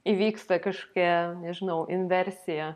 įvyksta kažkokia nežinau inversija